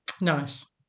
Nice